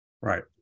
right